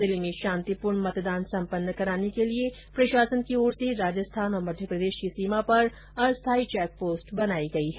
जिले में शांतिपूर्ण मतदान संपन्न कराने के लिये प्रशासन की ओर से राजस्थान और मध्यप्रदेश की सीमा पर अस्थायी चेक पोस्ट बनाई गई है